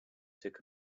took